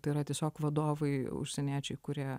tai yra tiesiog vadovai užsieniečiai kurie